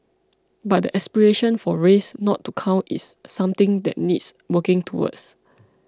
but the aspiration for race not to count is something that needs working towards